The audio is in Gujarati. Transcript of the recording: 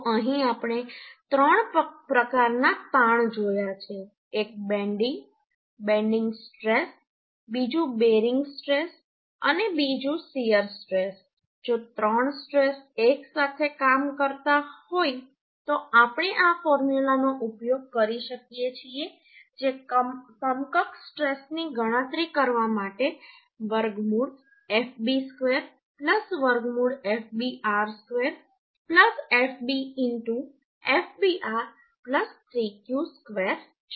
તો અહીં આપણે ત્રણ પ્રકારના તાણ જોયા છે એક બેન્ડિંગ બેન્ડિંગ સ્ટ્રેસ બીજું બેરિંગ સ્ટ્રેસ અને બીજું શીયર સ્ટ્રેસ જો ત્રણ સ્ટ્રેસ એકસાથે કામ કરતા હોય તો આપણે આ ફોર્મ્યુલાનો ઉપયોગ કરી શકીએ છીએ જે સમકક્ષ સ્ટ્રેસની ગણતરી કરવા માટે વર્ગમૂળ fb² વર્ગમૂળ fbr² fb fbr 3q² છે